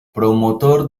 promotor